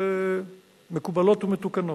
מקובלות ומתוקנות.